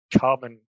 carbon